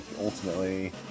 ultimately